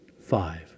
Five